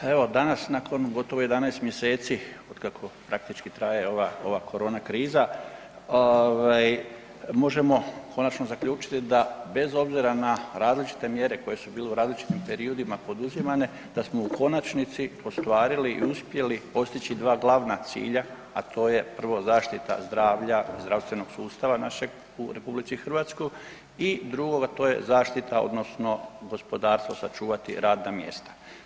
Evo danas nakon gotovo 11 mjeseci otkako praktički traje ova, ova korona kriza, ovaj možemo konačno zaključiti da bez obzira na različite mjere koje su bile u različitim periodima poduzimane da smo u konačnici ostvarili i uspjeli postići dva glavna cilja, a to je prvo zaštita zdravlja zdravstvenog sustava našeg u RH i drugoga, to je zaštita odnosno gospodarstvo sačuvati radna mjesta.